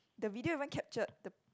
the video even captured the